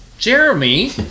Jeremy